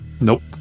Nope